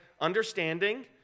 understanding